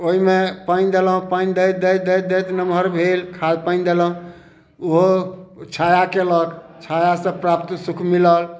ओइमे पानि देलहुँ पानि दैत दैत दैत दैत नमहर भेल खाद पानि देलहुँ उहो छाया कयलक छायासँ प्राप्त सुख मिलल